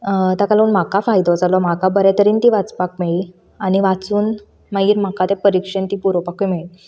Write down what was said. ताका लागून म्हाका फायदो जालो म्हाका बरें तरेन ती वाचपाक मेळ्ळी आनी वाचून मागीर म्हाका तें परिक्षेन ती बरोवपाकय मेळ्ळी